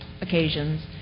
occasions